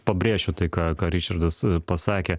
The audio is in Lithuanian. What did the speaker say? pabrėšiu tai ką ką ričardas pasakė